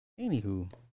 Anywho